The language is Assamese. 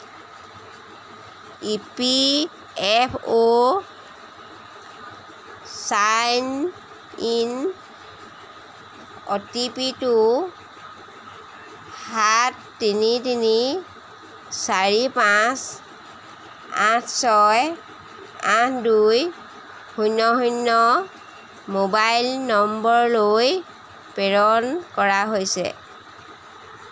ইপিএফঅ' চাইন ইন অ'টিপিটো সাত তিনি তিনি চাৰি পাঁচ আঠ ছয় আঠ দুই শূণ্য শূণ্য মোবাইল নম্বৰলৈ প্ৰেৰণ কৰা হৈছে